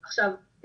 עכשיו,